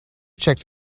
checked